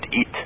eat